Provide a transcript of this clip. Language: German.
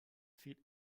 viel